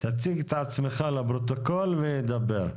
תציג את עצמך לפרוטוקול ודבר.